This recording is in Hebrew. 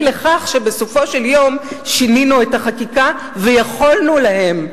לכך שבסופו של יום שינינו את החקיקה ויכולנו להם,